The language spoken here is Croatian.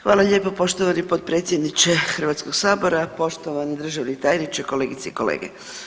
Hvala lijepo poštovani potpredsjedniče Hrvatskog sabora, poštovani državni tajniče, kolegice i kolege.